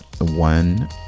one